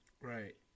Right